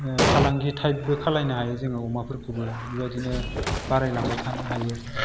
फालांगि थाइपबो खालायनो हायो जोङो अमाखौबो बेबायदिनो बाराय लांबाय थानो हायो